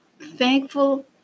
thankful